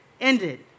ended